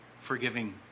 forgiving